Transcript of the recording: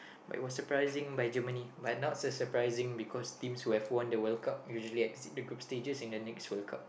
but it was surprising by Germany but not as surprising because teams who have won the World Cup usually exit the group stages in the next World Cup